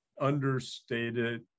understated